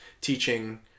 teaching